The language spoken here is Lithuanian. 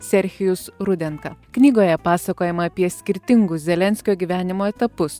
serchijus rudenka knygoje pasakojama apie skirtingus zelenskio gyvenimo etapus